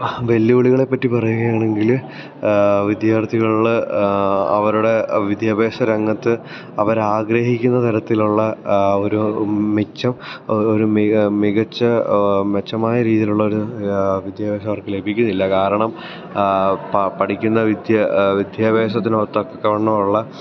വെല്ലുവിളികളെ പറ്റി പറയുകയാണെങ്കിൽ വിദ്യാർത്ഥികളിൽ അവരുടെ വിദ്യാഭ്യാസരംഗത്ത് അവരാഗ്രഹിക്കുന്ന തരത്തിലുള്ള ഒരു മിച്ചം ഒരു മികച്ച മെച്ചമായ രീതിയിലുള്ളൊരു വിദ്യാഭ്യാസം അവർക്ക് ലഭിക്കുന്നില്ല കാരണം പഠിക്കുന്ന വിദ്യ വിദ്യാഭ്യാസത്തിന് ഒത്തക്കവണ്ണമുള്ള